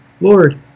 Lord